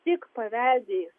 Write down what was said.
tik paveldėjus